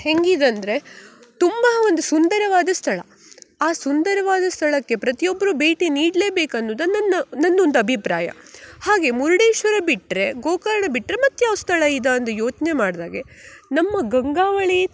ಹೆಂಗಿದಂದ್ರೆ ತುಂಬ ಒಂದು ಸುಂದರವಾದ ಸ್ಥಳ ಆ ಸುಂದರವಾದ ಸ್ಥಳಕ್ಕೆ ಪ್ರತಿಯೊಬ್ಬರೂ ಭೇಟಿ ನೀಡ್ಲೇಬೇಕು ಅನ್ನುದು ನನ್ನ ನನ್ನ ಒಂದು ಅಭಿಪ್ರಾಯ ಹಾಗೆ ಮುರುಡೇಶ್ವರ ಬಿಟ್ಟರೆ ಗೋಕರ್ಣ ಬಿಟ್ಟರೆ ಮತ್ಯಾವ ಸ್ಥಳ ಇದು ಅಂದು ಯೋಚನೆ ಮಾಡಿದಾಗೆ ನಮ್ಮ ಗಂಗಾವಳಿ